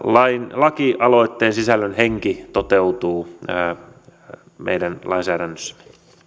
lakialoitteen sisällön henki toteutuu meidän lainsäädännössämme